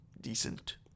decent